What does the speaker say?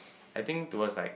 I think towards like